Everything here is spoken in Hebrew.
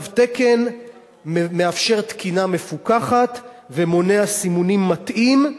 תו תקן מאפשר תקינה מפוקחת ומונע סימונים מטעים,